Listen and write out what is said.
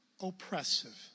Oppressive